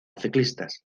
ciclistas